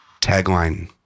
tagline